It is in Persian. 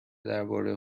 درباره